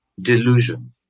delusion